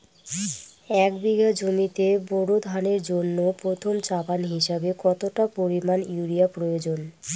এক বিঘা জমিতে বোরো ধানের জন্য প্রথম চাপান হিসাবে কতটা পরিমাণ ইউরিয়া প্রয়োজন?